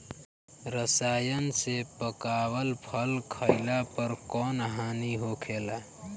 रसायन से पकावल फल खइला पर कौन हानि होखेला?